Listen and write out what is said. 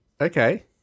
Okay